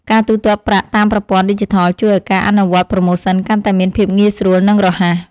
ការទូទាត់ប្រាក់តាមប្រព័ន្ធឌីជីថលជួយឱ្យការអនុវត្តប្រូម៉ូសិនកាន់តែមានភាពងាយស្រួលនិងរហ័ស។